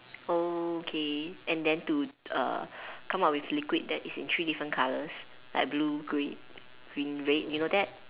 oh okay and then to uh come up with liquid that is in three different colours like blue green green red you know that